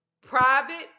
private